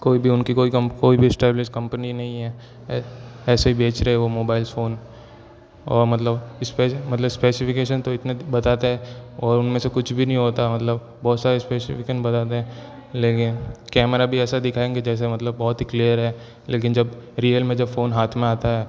कोई भी उनकी कोई कोई भी एस्टेब्लिश्ड कंपनी नहीं है ऐसे ही बेच रहे हैं वो मोबाइल फ़ोन और मतलब इस पर जो मतलब स्पेसिफिकेशन तो इतने बताते हैं और उनमें से कुछ भी नहीं होता मतलब बहुत सारे स्पेसिफिकेशन बताते हैं लेकिन कैमरा भी ऐसा दिखाएँगे जैसे मतलब बहुत ही क्लियर है लेकिन जब रियल में जब फ़ोन हाथ में आता है